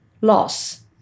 loss